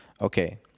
Okay